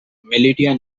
militia